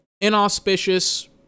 inauspicious